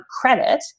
credit